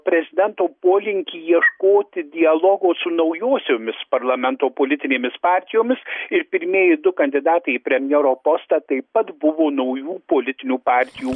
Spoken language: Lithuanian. prezidento polinkį ieškoti dialogo su naujosiomis parlamento politinėmis partijomis ir pirmieji du kandidatai į premjero postą taip pat buvo naujų politinių partijų